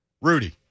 Rudy